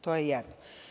To je jedno.